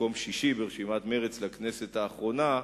מקום שישי ברשימת מרצ לכנסת האחרונה,